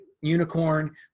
unicorn